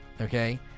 okay